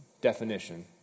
definition